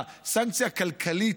הסנקציה הכלכלית,